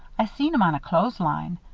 i seen em on a clothesline.